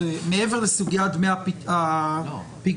מעבר לסוגיית דמי הפיגורים,